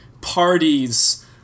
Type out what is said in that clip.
parties